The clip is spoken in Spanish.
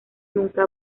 nunca